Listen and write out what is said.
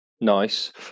nice